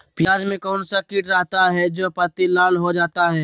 प्याज में कौन सा किट रहता है? जो पत्ती लाल हो जाता हैं